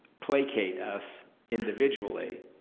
placate us individually,